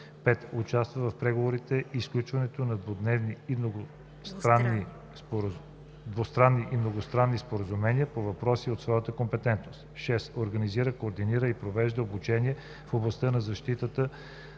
5. участва в преговорите и сключването на двустранни или многостранни споразумения по въпроси от своята компетентност; 6. организира, координира и провежда обучение в областта на защитата